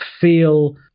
feel